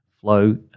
flow